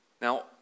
Now